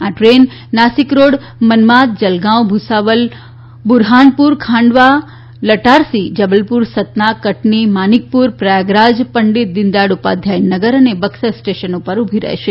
આ train Nashik road Manmad Jalgaon Bhusawal Burhanpur Khandwa Itarsi Jabalpur Satna Katni Manikpur Prayagraj Pandit Deendayal Upadhyay Nagar અને બક્સર સ્ટેશનો પર ઊભી રહેશે